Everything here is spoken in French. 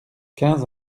quinze